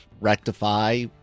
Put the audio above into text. rectify